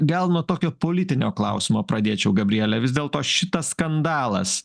gal nuo tokio politinio klausimo pradėčiau gabriele vis dėlto šitas skandalas